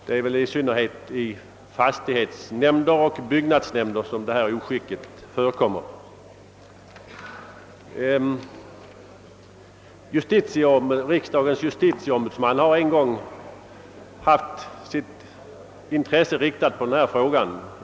Det är väl i synnerhet beträffande fastighetsnämnder och byggnadsnämnder som sådant oskick förekommer. Riksdagens justitieombudsman har en gång haft sitt intresse riktat på denna fråga.